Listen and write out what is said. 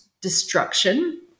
destruction